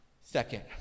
Second